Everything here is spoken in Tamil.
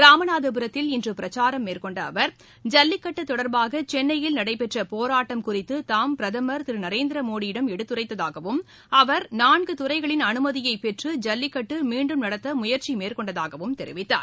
ராமநாதபுரத்தில் இன்று பிரச்சாரம் மேற்கொண்ட அவர் ஜல்லிக்கட்டு தொடர்பாக சென்னையில் நடைபெற்ற போராட்டம் குறித்து தாம் பிரதமர் திரு நரேந்திர மோடியிடம் எடுத்துரைத்ததாகவும் அவர் நான்கு துறைகளின் அனுமதியை பெற்று ஜல்லிக்கட்டு மீண்டும் நடத்த முயற்சி மேற்கொண்டதாகவும் தெரிவித்தார்